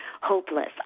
hopeless